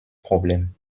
problem